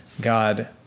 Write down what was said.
God